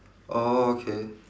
oh okay